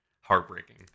heartbreaking